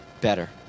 better